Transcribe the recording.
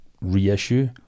reissue